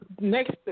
Next